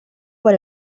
por